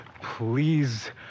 please